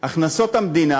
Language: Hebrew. הכנסות המדינה